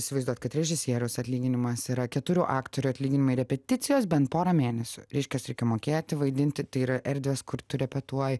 įsivaizduot kad režisieriaus atlyginimas yra keturių aktorių atlyginimai repeticijos bent porą mėnesių reiškiasi reikia mokėti vaidinti tai yra erdvės kur tu repetuoji